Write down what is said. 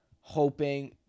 hoping